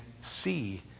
see